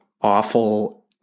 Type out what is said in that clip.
awful